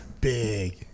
Big